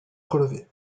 relevé